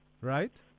right